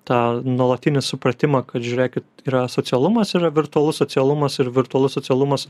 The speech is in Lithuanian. tą nuolatinį supratimą kad žiūrėkit yra socialumas yra virtualus socialumas ir virtualus socialumas